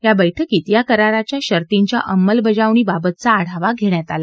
या बैठकीत या करारच्या शर्तींच्या अंमजबजावणी बाबतचा आढावा धेण्यात आला